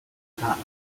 hatch